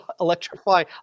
electrify